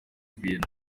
bintu